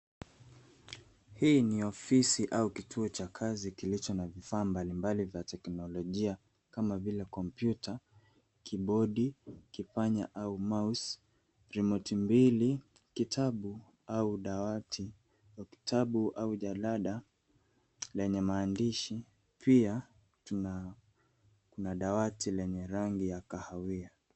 Hii ni ofisi au kituo cha kazi kilicho na vifaa mbalimbali za teknolojia kama vile kompyuta, kibodi, kipanya au mouse, remote mbili, kitabu au dawati na kitabu au jalada lenye maandishi. Pia kuna dawati lenye rangi ya kahawia.